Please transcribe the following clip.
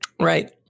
Right